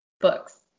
books